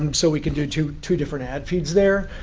um so we can do two two different ad feeds there.